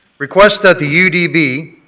requests that the u d b.